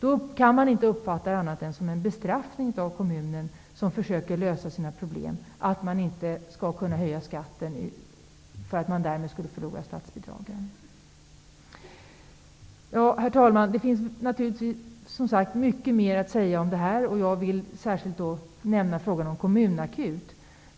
Då kan det inte uppfattas som annat än en bestraffning av en kommun som försöker lösa sina problem när kommunen inte får höja skatten. Då förlorar kommunen rätten till statsbidrag. Herr talman! Det finns mycket mer att säga i denna fråga. Jag vill särskilt nämna frågan om en kommunakut.